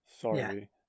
Sorry